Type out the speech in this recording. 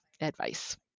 advice